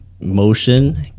motion